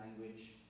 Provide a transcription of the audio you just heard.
language